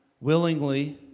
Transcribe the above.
willingly